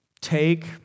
take